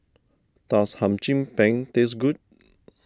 does Hum Chim Peng taste good